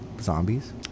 zombies